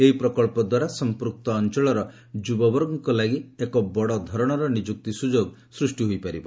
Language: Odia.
ଏହି ପ୍ରକଳ୍ପ ଦ୍ୱାରା ସଂପୃକ୍ତ ଅଞ୍ଚଳର ଯୁବବର୍ଗଙ୍କ ଲାଗି ଏକ ବଡ଼ଧରଣର ନିଯୁକ୍ତି ସୁଯୋଗ ସୃଷ୍ଟି ହୋଇପାରିବ